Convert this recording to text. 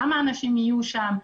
כמה אנשים יהיו שם,